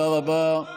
רוטמן.